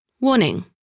Warning